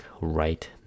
right